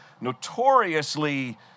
notoriously